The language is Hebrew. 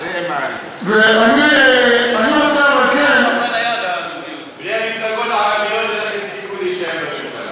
בלי המפלגות הערביות אין לכם סיכוי להישאר בממשלה.